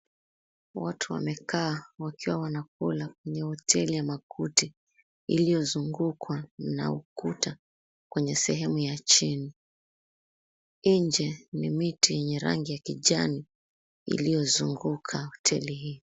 Watu wamekaa wakiwa wanakula kwenye hoteli ya makuti iliyozungukwa na ukuta kwenye sehemu ya chini. Nje ni miti yenye rangi ya kijani iliyozunguka hoteli hii.